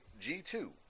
G2